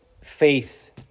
faith